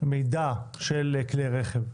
מידע של כלי רכב,